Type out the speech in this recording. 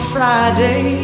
Friday